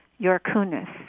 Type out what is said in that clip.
Yorkunis